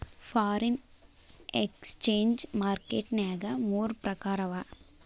foreign exchange market ನ್ಯಾಗ ಮೂರ್ ಪ್ರಕಾರವ